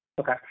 Okay